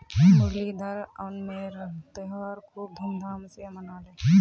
मुरलीधर ओणमेर त्योहार खूब धूमधाम स मनाले